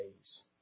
days